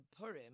Purim